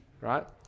right